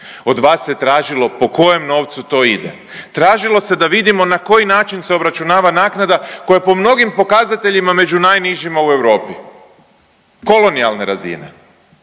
od vas se tražilo po kojem novcu to ide. Tražilo se da vidimo na koji način se obračunava naknada koja je po mnogim pokazateljima među najnižima u Europi, kolonijalne razine.